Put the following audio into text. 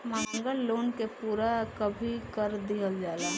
मांगल लोन के पूरा कभी कर दीहल जाला